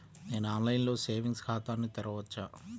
నేను ఆన్లైన్లో సేవింగ్స్ ఖాతాను తెరవవచ్చా?